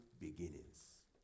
Beginnings